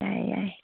ꯌꯥꯏ ꯌꯥꯏ